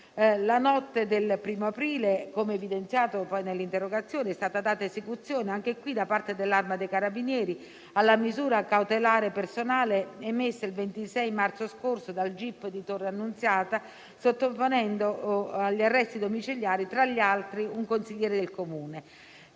la notte del 1° aprile, come evidenziato nell'interrogazione, è stata data esecuzione, anche qui da parte dell'Arma dei carabinieri, alla misura cautelare personale emessa il 26 marzo scorso dal gip di Torre Annunziata, sottoponendo agli arresti domiciliari, tra gli altri, un consigliere del Comune.